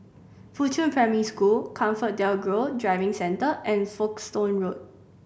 Fuchun Primary School ComfortDelGro Driving Centre and Folkestone Road